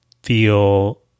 Feel